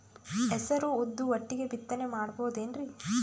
ಹೆಸರು ಉದ್ದು ಒಟ್ಟಿಗೆ ಬಿತ್ತನೆ ಮಾಡಬೋದೇನ್ರಿ?